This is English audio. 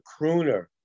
crooner